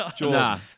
Nah